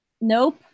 Nope